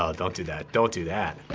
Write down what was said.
ah don't do that, don't do that.